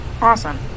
Awesome